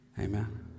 Amen